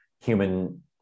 human